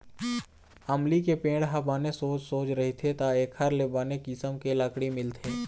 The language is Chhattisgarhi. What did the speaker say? अमली के पेड़ ह बने सोझ सोझ रहिथे त एखर ले बने किसम के लकड़ी मिलथे